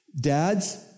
Dads